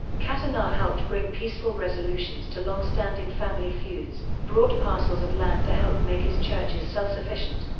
kathanar helped bring peaceful resolutions to long-standing family feuds, bought parcels of land to help make his churches self-sufficient,